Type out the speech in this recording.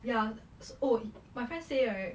ya s~ oh my friend say right